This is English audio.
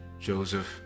Joseph